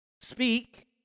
speak